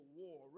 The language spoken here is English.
war